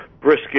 brisket